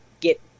get